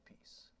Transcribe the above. peace